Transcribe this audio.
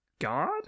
God